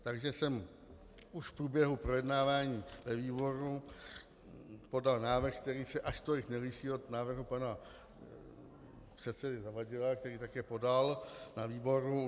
Takže jsem už v průběhu projednávání ve výboru podal návrh, který se až tolik neliší od návrhu pana předsedy Zavadila, který také podal na výboru.